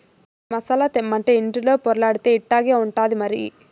మరి మసాలా తెమ్మంటే ఇంటిలో పొర్లాడితే ఇట్టాగే ఉంటాది మరి